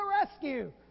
rescue